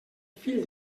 fill